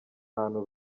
ahantu